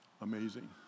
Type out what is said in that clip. amazing